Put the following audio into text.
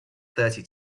thirty